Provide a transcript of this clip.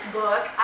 book